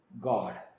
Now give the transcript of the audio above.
God